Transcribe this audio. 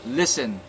listen